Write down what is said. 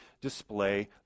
display